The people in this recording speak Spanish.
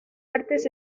artes